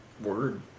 Word